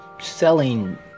selling